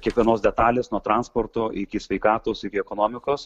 kiekvienos detalės nuo transporto iki sveikatos iki ekonomikos